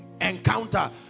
encounter